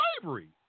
Slavery